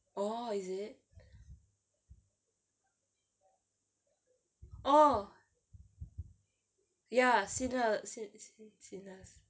oh is it oh ya